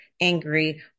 Angry